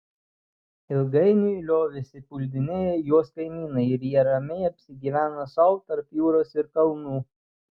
ilgainiui liovėsi puldinėję juos kaimynai ir jie ramiai apsigyveno sau tarp jūros ir kalnų